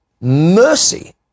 mercy